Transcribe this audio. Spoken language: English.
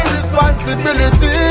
Responsibility